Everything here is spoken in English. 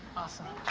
awesome.